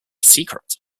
secret